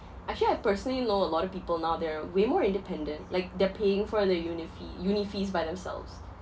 actually I personally know a lot of people now they are way more independent like they're paying for their uni fee uni fees by themselves